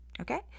okay